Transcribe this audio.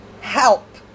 help